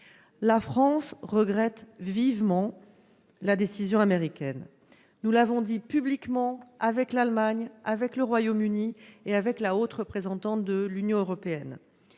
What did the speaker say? La France regrette vivement la décision américaine. Nous l'avons dit publiquement, avec l'Allemagne, le Royaume-Uni et la Haute Représentante de l'Union européenne.